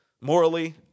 Morally